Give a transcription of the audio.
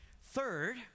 Third